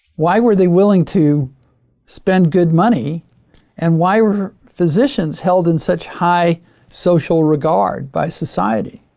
why were they willing to spend good money and why were physicians held in such high social regard by society?